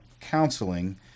counseling